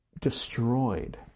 destroyed